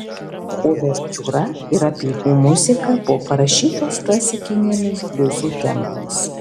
uvertiūra ir apeigų muzika buvo parašytos klasikinėmis bliuzų temomis